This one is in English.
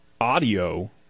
audio